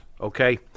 okay